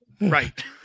Right